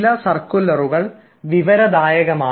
ചില സർക്കുലറുകൾ വിവരദായകമാണ്